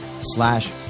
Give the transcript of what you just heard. slash